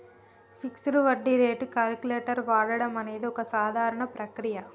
fixed వడ్డీ rate calculator వాడడం అనేది ఒక సాధారణ ప్రక్రియ